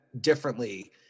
differently